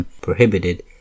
prohibited